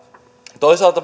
toisaalta